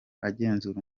agenzura